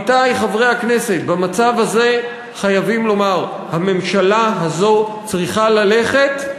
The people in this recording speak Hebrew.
במצב הזה חייבים לומר: הממשלה הזו צריכה ללכת,